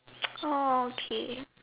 okay